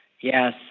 Yes